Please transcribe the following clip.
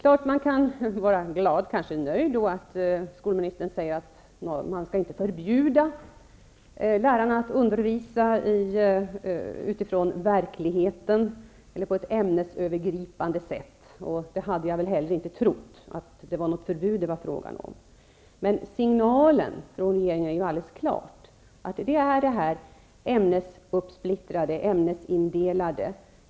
Man får kanske vara både glad och nöjd med att skolministern säger att man inte skall förbjuda lärarna att undervisa utifrån verkligheten eller på ett ämnesövergripande sätt. Jag hade väl inte heller trott att det var fråga om ett förbud. Signalen från regeringen är helt klart att man vill satsa på det ämnesuppsplittrade och ämnesindelade.